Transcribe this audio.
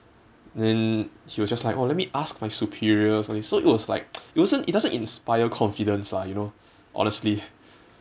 then he was just like oh let me ask my superiors okay so it was like it wasn't it doesn't inspire confidence lah you know honestly